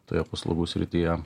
toje paslaugų srityje